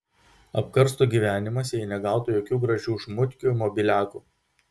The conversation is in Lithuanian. apkarstų gyvenimas jei negautų jokių gražių šmutkių mobiliakų